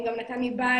הוא גם נתן לי בית.